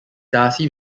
darcy